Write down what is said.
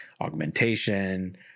augmentation